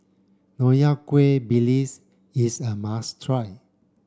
Nonya Kueh is a must try